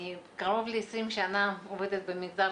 אני שיגעתי את מנהל הסיעה שלנו עם השאלה מתי זה נפתח.